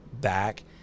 back